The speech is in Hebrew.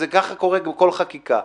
כמו שקורה בכל חקיקה.